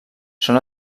són